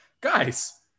guys